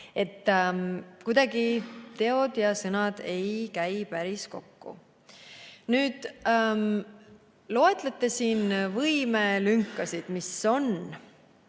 Kuidagi teod ja sõnad ei käi päris kokku. Nüüd, te loetlete siin võimelünkasid, mis meil on.